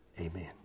amen